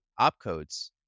opcodes